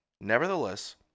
Nevertheless